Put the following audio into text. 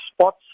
spots